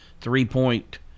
three-point